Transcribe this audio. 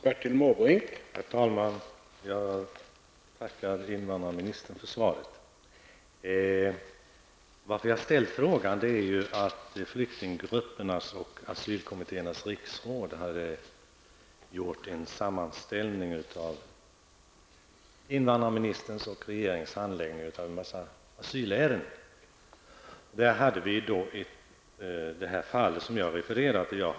Herr talman! Jag tackar invandrarministern för svaret. Anledningen till att jag ställde frågan var att flyktinggruppernas och asylkommittéernas riksråd hade gjort en sammanställning av invandrarministerns och regeringens handläggning av en mängd asylärenden. Här ingick det fall som jag refererade till.